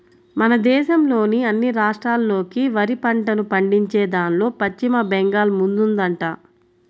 మన దేశంలోని అన్ని రాష్ట్రాల్లోకి వరి పంటను పండించేదాన్లో పశ్చిమ బెంగాల్ ముందుందంట